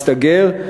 מסתגר,